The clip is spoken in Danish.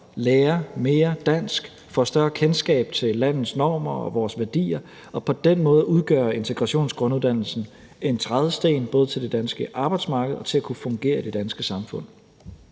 lærer mere dansk, får et større kendskab til landets normer og vores værdier, og på den måde udgør integrationsgrunduddannelsen en trædesten både til det danske arbejdsmarked og til at kunne fungere i det danske samfund.